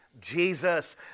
Jesus